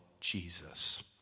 Jesus